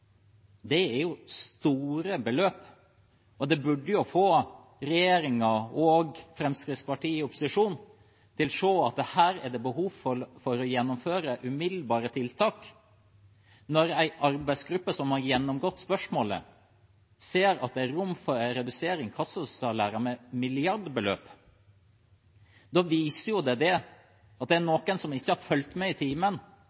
Det er store beløp, og det burde få regjeringen – og også Fremskrittspartiet i opposisjon – til å se at her er det behov for å gjennomføre umiddelbare tiltak. Når en arbeidsgruppe som har gjennomgått spørsmålet, ser at det er rom for å redusere inkassosalærene med milliardbeløp, viser det at det er